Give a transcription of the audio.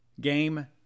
game